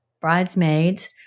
bridesmaids